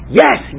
yes